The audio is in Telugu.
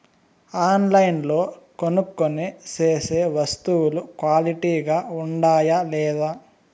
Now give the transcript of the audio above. ఆన్లైన్లో కొనుక్కొనే సేసే వస్తువులు క్వాలిటీ గా ఉండాయా లేదా?